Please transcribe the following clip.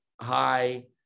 high